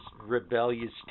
rebellious